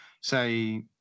say